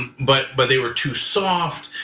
but but they were too soft.